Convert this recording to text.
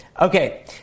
Okay